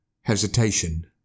hesitation